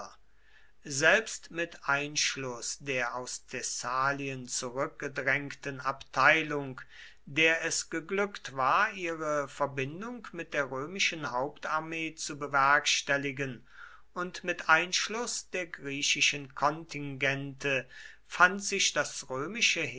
selbst mit einschluß der aus thessalien zurückgedrängten abteilung der es geglückt war ihre verbindung mit der römischen hauptarmee zu bewerkstelligen und mit einschluß der griechischen kontingente fand sich das römische heer